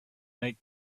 make